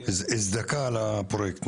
הזדכה על הפרויקט,